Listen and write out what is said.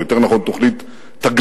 או יותר נכון תוכנית "תגלית",